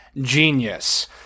genius